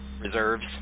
reserves